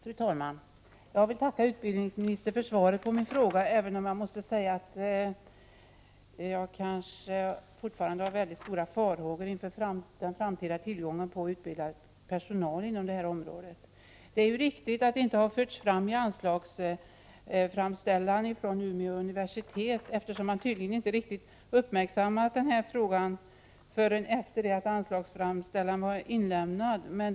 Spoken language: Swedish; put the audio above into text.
Fru talman! Jag vill tacka utbildningsministern för svaret på min fråga, även om jag måste säga att jag fortfarande har farhågor inför den framtida tillgången på utbildad personal inom detta område. Det är riktigt att det inte har förts fram förslag om utbildningsplatser i anslagsframställan från Umeå universitet, eftersom man där tydligen inte uppmärksammat denna fråga förrän efter det att anslagsframställan lämnats in.